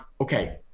okay